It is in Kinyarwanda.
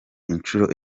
inshuro